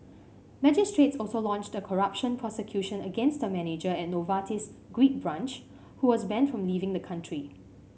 magistrates also launched a corruption prosecution against a manager at Novartis's Greek branch who was banned from leaving the country